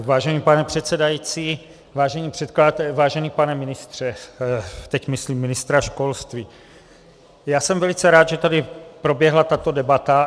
Vážený pane předsedající, vážení předkladatelé, vážený pane ministře, teď myslím ministra školství, já jsem velice rád, že tady proběhla tato debata.